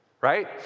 right